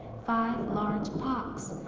five large pox.